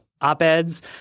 op-eds